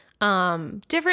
different